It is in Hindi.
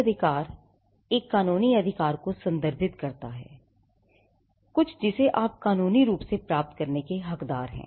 एक अधिकार एक कानूनी अधिकार को संदर्भित करता है कुछ जिसे आप कानूनी रूप से प्राप्त करने के हकदार हैं